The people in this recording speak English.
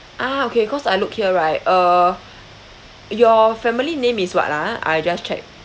ah okay cause I look here right uh your family name is what ah I just check